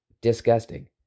Disgusting